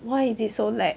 why is it so lag